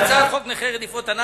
להצעת חוק נכי רדיפות הנאצים,